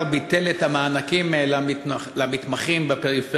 מלר-הורוביץ: 4 נאומים בני דקה 5 אחמד טיבי (הרשימה